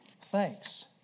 thanks